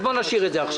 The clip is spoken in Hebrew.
אז נשאיר את זה עכשיו.